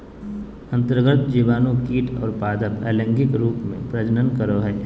अन्तर्गत जीवाणु कीट और पादप अलैंगिक रूप से प्रजनन करो हइ